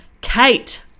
Kate